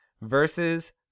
versus